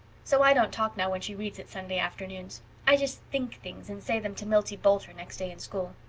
so i don't talk now when she reads it sunday afternoons i just think things and say them to milty boulter next day in school.